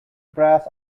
brass